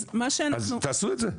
אז תעשו את זה.